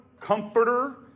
comforter